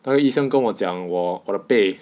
那个医生跟我讲喔我的背